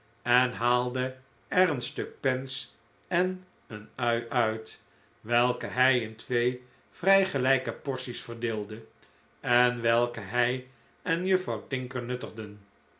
en haalde er een stuk pens en een ui uit welke hij in twee vrij gelijke porties verdeelde en welke hij en juffrouw tinker nuttigden